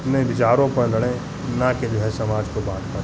अपने विचारों पे लड़ें ना कि जो है समाज को बाँटकर